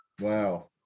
Wow